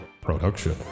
production